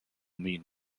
mean